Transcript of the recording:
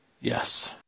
Yes